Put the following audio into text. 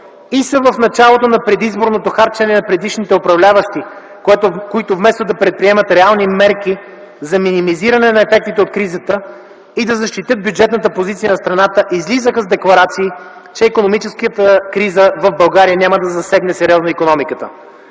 и са в началото на предизборното харчене на предишните управляващи, които, вместо да предприемат реални мерки за минимизиране на ефектите от кризата и да защитят бюджетната позиция на страната, излизаха с декларации, че икономическата криза в България няма да засегне сериозно икономиката.